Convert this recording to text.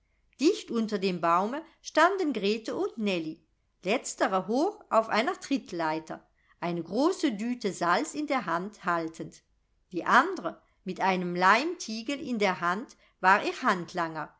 dicht unter dem baume standen grete und nellie letztere hoch auf einer trittleiter eine große düte salz in der hand haltend die andre mit einem leimtiegel in der hand war ihr